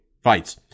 Fights